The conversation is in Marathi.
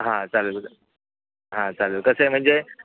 हां चालेल हां चालेल कसं आहे म्हणजे